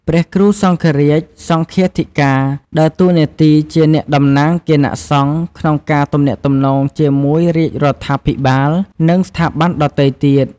ព្រះគ្រូសង្ឃរាជ/សង្ឃាធិការ ដើរតួនាទីជាអ្នកតំណាងគណៈសង្ឃក្នុងការទំនាក់ទំនងជាមួយរាជរដ្ឋាភិបាល និងស្ថាប័នដទៃទៀត។